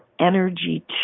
energy